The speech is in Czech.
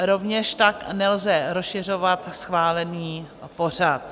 Rovněž tak nelze rozšiřovat schválený pořad.